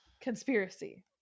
conspiracy